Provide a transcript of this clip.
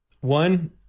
One